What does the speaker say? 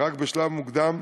רק בשלב מוקדם,